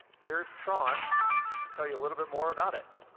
here's trond to tell you a little bit more about it.